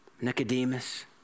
Nicodemus